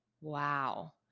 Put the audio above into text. Wow